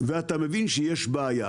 ואתה מבין שיש בעיה